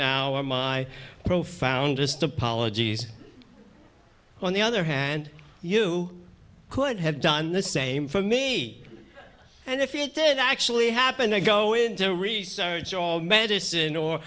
now are my profoundest apologies on the other hand you could have done the same for me and if you did actually happen to go into research or medicine or